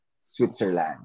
Switzerland